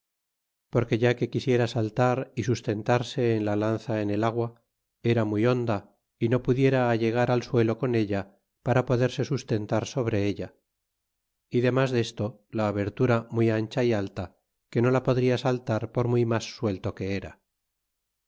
porque ya que quisiera saltar y sustentarse en la lanza en el agua era muy honda y no pudiera allegar al suelo con ella para poderse sustentar sobre ella y dcmas des to la abertura muy ancha y alta que no la podria saltar por muy mas suelto que era